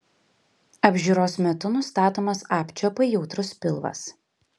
apžiūros metu nustatomas apčiuopai jautrus pilvas